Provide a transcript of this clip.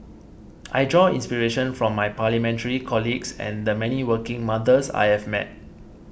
I draw inspiration from my Parliamentary colleagues and the many working mothers I have met